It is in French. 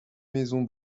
maisons